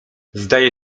zdaje